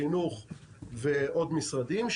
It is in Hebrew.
חינוך ועוד משרדים,